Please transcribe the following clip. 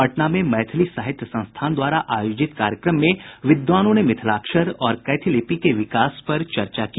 पटना में मैथिली साहित्य संस्थान द्वारा आयोजित कार्यक्रम में विद्वानों ने मिथिलाक्षर और कैथी लिपि के विकास पर चर्चा की